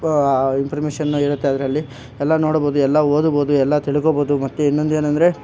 ಇಂಪರ್ಮೇಷನ್ನ ಇರತ್ತೆ ಅದರಲ್ಲಿ ಎಲ್ಲ ನೋಡ್ಬೋದು ಎಲ್ಲ ಓದ್ಬೋದು ಎಲ್ಲ ತಿಳ್ಕೊಬೋದು ಮತ್ತು ಇನ್ನೊಂದು ಏನಂದರೆ